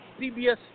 CBS